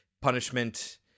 punishment